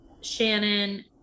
Shannon